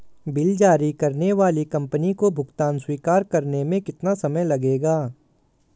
Bill जारी करने वाली कंपनी को भुगतान स्वीकार करने में कितना समय लगेगा?